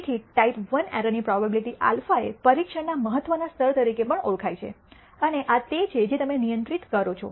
તેથીટાઈપ I error ની probability α એ પરીક્ષણના મહત્વના સ્તર તરીકે પણ ઓળખાય છે અને આ તે છે જે તમે નિયંત્રિત કરો છો